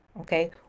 okay